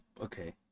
okay